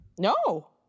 No